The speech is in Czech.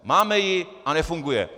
Máme ji a nefunguje.